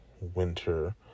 winter